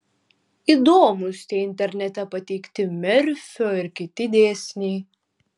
įdomūs tie internete pateikti merfio ir kiti dėsniai